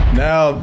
now